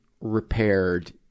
repaired